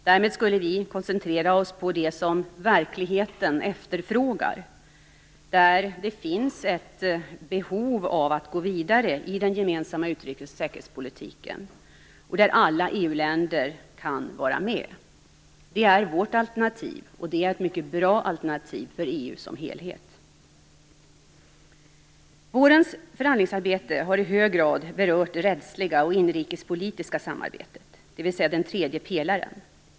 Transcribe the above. Därmed skulle vi koncentrera oss på det som verkligheten efterfrågar, där det finns ett behov av att gå vidare i den gemensamma utrikes och säkerhetspolitiken och där alla EU-länder kan vara med. Det är vårt alternativ, och det är ett mycket bra alternativ för Vårens förhandlingsarbete har i hög grad berört det rättsliga och inrikespolitiska samarbetet, dvs. den s.k. tredje pelaren.